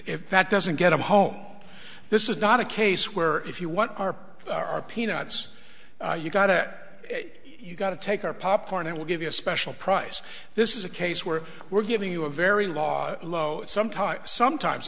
if that doesn't get them home this is not a case where if you what are our peanuts you got at it you got to take our popcorn and we'll give you a special price this is a case where we're giving you a very law low some time sometimes